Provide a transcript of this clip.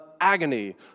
agony